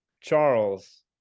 Charles